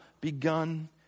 begun